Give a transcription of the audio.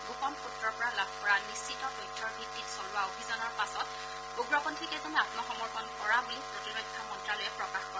গোপন সূত্ৰৰ পৰা লাভ কৰা নিশ্চিত তথ্যৰ ভিত্ত চলোৱা অভিযানৰ পাছত উগ্ৰপন্থীকেইজনে আম্মসমৰ্পণ কৰা বুলি প্ৰতিৰক্ষা মন্ত্যালয়ে প্ৰকাশ কৰে